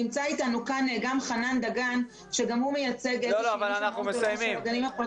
נמצא אתנו כאן גם חנן דגן וגם הוא מייצג את הגנים הפרטיים.